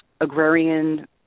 agrarian